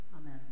Amen